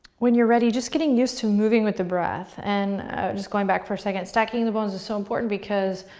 when you're ready, just getting used to moving with the breath. and just going back for a second, stacking the bones is so important because